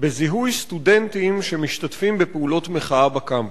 בזיהוי סטודנטים שמשתתפים בפעולות מחאה בקמפוס.